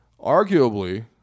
arguably –